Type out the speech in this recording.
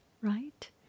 right